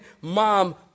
mom